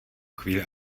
chvíli